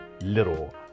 little